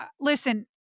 Listen